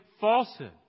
falsehood